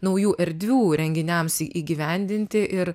naujų erdvių renginiams įgyvendinti ir